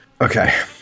Okay